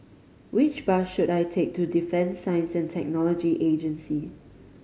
which bus should I take to Defence Science And Technology Agency